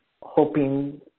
hoping